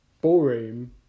ballroom